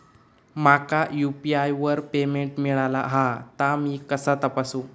माका यू.पी.आय वर पेमेंट मिळाला हा ता मी कसा तपासू?